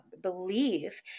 believe